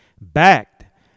backed